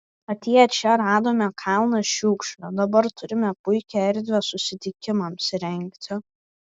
atėję čia radome kalną šiukšlių dabar turime puikią erdvę susitikimams rengti